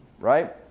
right